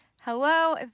hello